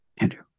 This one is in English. andrew